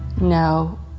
no